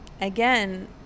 again